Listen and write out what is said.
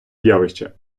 явище